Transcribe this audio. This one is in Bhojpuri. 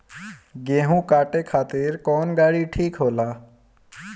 गेहूं काटे खातिर कौन गाड़ी ठीक होला?